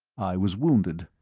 i was wounded,